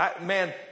Man